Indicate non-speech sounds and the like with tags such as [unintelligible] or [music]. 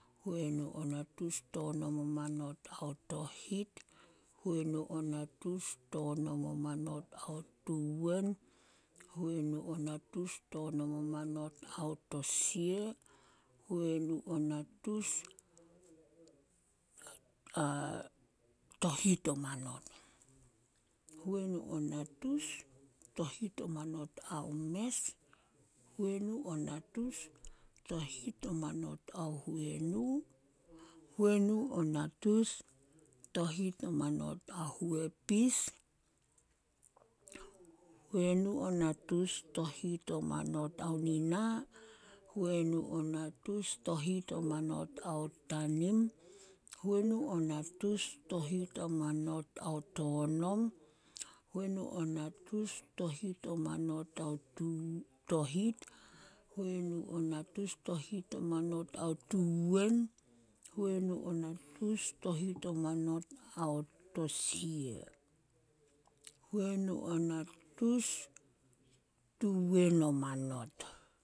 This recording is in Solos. ﻿ Huenu o natus tonom o manot ao tohit, huuenu o natus tonom o manot ao tuwen huenu o natus tonom ao tosia, huenu o natus [hesitation] tohit o manot, huenu o natus tohit o manot ao mes, huenu o natus tohit o manot ao huenu, huenu o natus tohit o manot ao huepis, huenu o natus tohit o manot ao nina, huenu o natus tohit o manot ao tanim, huenu o natus tohit o manot ao tonom, huenu o natus tohit o manot ao [unintelligible] tohit, huenu o natus tohit o manot ao tuwen, huenu o natus tohit o manot ao tosia, huenu o natus tuwen o manot.